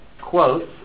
quotes